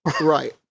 Right